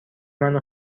منو